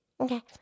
Okay